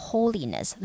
Holiness